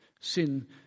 Sin